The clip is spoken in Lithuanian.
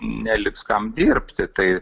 neliks kam dirbti tai